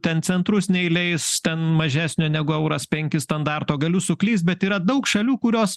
ten centrus neįleis ten mažesnio negu euras penki standarto galiu suklyst bet yra daug šalių kurios